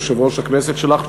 יושב-ראש הכנסת שלח,